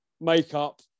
makeup